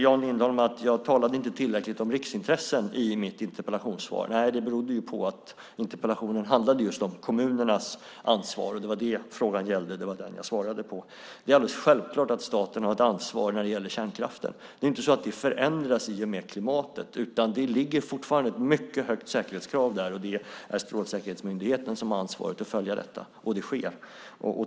Jan Lindholm säger att jag inte talade tillräckligt om riksintressen i mitt interpellationssvar. Nej, det berodde på att interpellationen handlar om kommunernas ansvar. Det var det frågan gällde, och det är den jag svarade på. Det är alldeles självklart att staten har ett ansvar för kärnkraften. Det förändras inte i och med klimatet. Det ligger fortfarande ett mycket högt säkerhetskrav där. Det är Strålsäkerhetsmyndigheten som har ansvaret att följa detta, och det sker.